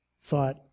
thought